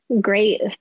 great